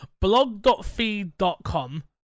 blog.feed.com